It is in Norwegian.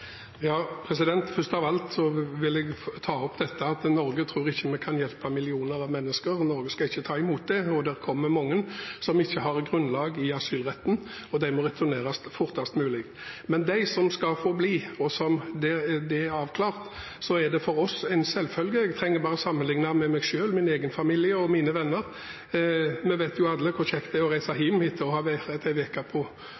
Først av alt vil jeg ta opp dette med at vi i Norge ikke tror vi kan hjelpe millioner av mennesker, og at Norge ikke skal ta imot dem. Det kommer mange som ikke har grunnlag i asylretten, og de må returneres fortest mulig. Men når det gjelder dem som det er avklart skal få bli, er det for oss en selvfølge – jeg trenger bare å sammenligne med meg selv, min egen familie og mine venner, for vi vet jo alle hvor kjekt det er å reise hjem etter en uke på